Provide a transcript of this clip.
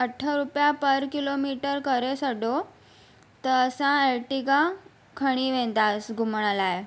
अठ रुपिया per kilometre करे छॾियो त असां अर्टिगा खणी वेंदासीं घुमण लाइ